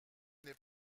n’est